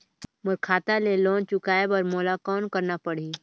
मोर खाता ले लोन चुकाय बर मोला कौन करना पड़ही?